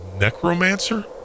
Necromancer